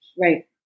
Right